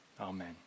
Amen